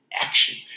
action